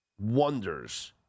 wonders